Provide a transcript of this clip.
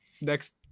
next